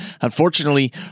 Unfortunately